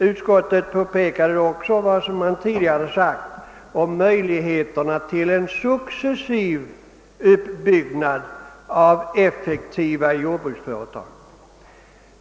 Utskottet påpekade också vad man tidigare sagt om möjligheterna till en successiv uppbyggnad av effektiva jordbruksföretag.